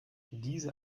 diese